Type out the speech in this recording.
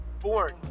born